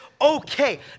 okay